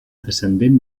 descendent